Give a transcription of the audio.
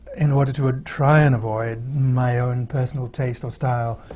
in order to ah try and avoid my own personal taste or style